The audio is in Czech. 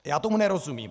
Já tomu nerozumím.